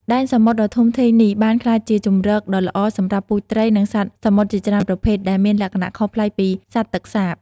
ដែនសមុទ្រដ៏ធំធេងនេះបានក្លាយជាជម្រកដ៏ល្អសម្រាប់ពូជត្រី និងសត្វសមុទ្រជាច្រើនប្រភេទ ដែលមានលក្ខណៈខុសប្លែកពីសត្វទឹកសាប។